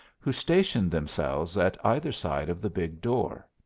who stationed themselves at either side of the big door.